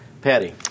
Patty